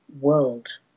world